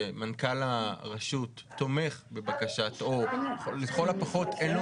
שמנכ"ל הרשות תומך בבקשה או לכל הפחות אין לו